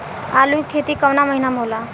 आलू के खेती कवना महीना में होला?